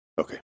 okay